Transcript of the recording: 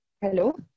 Hello